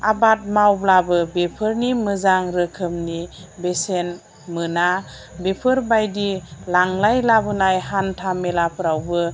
आबाद मावब्लाबो बेफोरनि मोजां रोखोमनि बेसेन मोना बेफोरबादि लांलाय लाबोनाय हान्था मेलाफ्रावबो